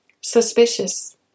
Suspicious